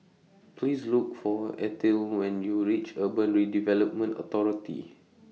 Please Look For Ethyle when YOU REACH Urban Redevelopment Authority